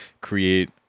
create